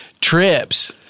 trips